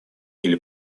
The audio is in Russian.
или